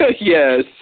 Yes